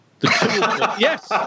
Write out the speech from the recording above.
Yes